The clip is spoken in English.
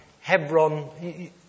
Hebron